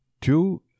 Two